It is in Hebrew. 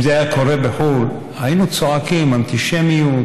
אם זה היה קורה בחו"ל היינו צועקים: אנטישמיות,